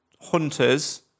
hunters